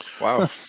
Wow